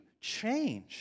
change